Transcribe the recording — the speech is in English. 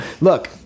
Look